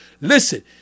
listen